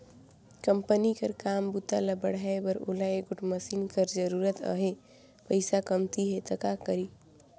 Company कर काम बूता ल बढ़ाए बर ओला एगोट मसीन कर जरूरत अहे, पइसा कमती हे त का करी?